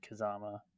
Kazama